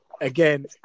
again